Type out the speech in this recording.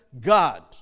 God